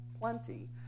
plenty